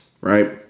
right